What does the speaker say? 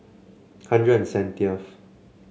hundred and seventieth